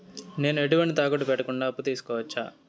నేను ఎటువంటి తాకట్టు పెట్టకుండా అప్పు తీసుకోవచ్చా?